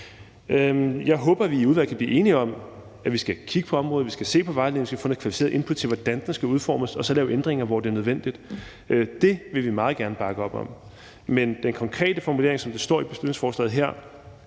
Jeg håber, at vi i udvalget kan blive enige om, at vi skal kigge på området, at vi skal se på vejledningen, og at vi skal have noget kvalificeret input til, hvordan den skal udformes, og så lave ændringer, hvor det er nødvendigt. Det vil vi meget gerne bakke op om. Men den konkrete formulering, som den står i beslutningsforslaget her,